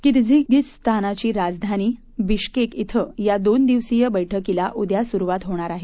किर्गिझिस्तानची राजधानी बिश्केक धिं या दोन दिवसीय बैठकीला उद्या सुरुवात होणार आहे